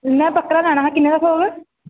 ऊन दा पत्तरा लैना हा किन्ने दा थ्होग